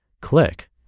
Click